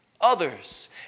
others